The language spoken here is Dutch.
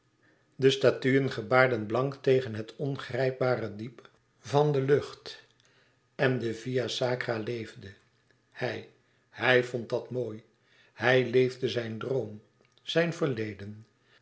de statuen gebaarden blank tegen het ongrijpbare diep van de lucht en de via sacra leefde hij hij vond dat mooi hij leefde zijn droom zijn verleden